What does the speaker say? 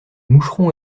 moucheron